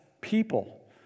people